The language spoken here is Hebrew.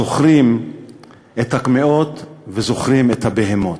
זוכרים את הקמעות וזוכרים את ה"בהמות",